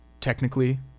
technically